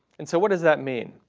and so, what does that mean?